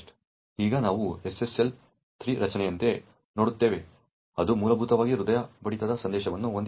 ಈಗ ನಾವು SSL 3 ರಚನೆಯಂತೆ ನೋಡುತ್ತೇವೆ ಅದು ಮೂಲಭೂತವಾಗಿ ಹೃದಯ ಬಡಿತ ಸಂದೇಶವನ್ನು ಹೊಂದಿದೆ